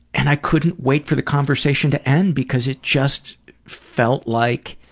and i couldn't wait for the conversation to end because it just felt like,